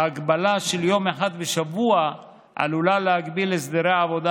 ההגבלה של יום אחד בשבוע עלולה להגביל הסדרי עבודה